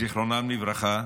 זיכרונם לברכה,